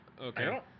Okay